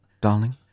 darling